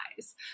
eyes